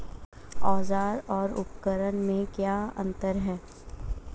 औज़ार और उपकरण में क्या अंतर है?